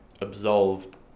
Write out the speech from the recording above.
absolved